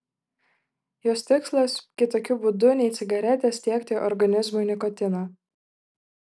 jos tikslas kitokiu būdu nei cigaretės tiekti organizmui nikotiną